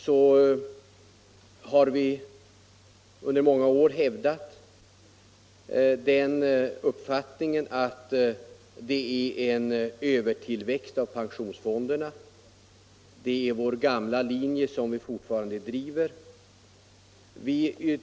Vi har under många år hävdat den uppfattningen att det pågår en övertillväxt av pensionsfonderna. Det är vår gamla linje som vi fortfarande driver.